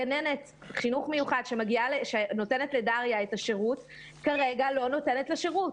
גננת החינוך המיוחד שנותנת לדריה את השירות כרגע לא נותנת לה את השירות.